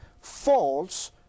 false